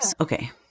Okay